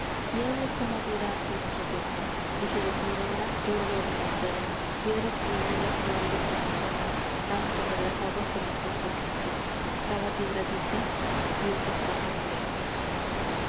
mi alma está madura hace mucho tiempo y se desmorona turbia de misterio piedras juveniles roídas de ensueño caen sobre las aguas de mis pensamientos cada piedra dice dios está muy lejos